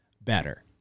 better